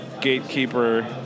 gatekeeper